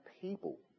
people